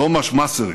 תומאס מסריק.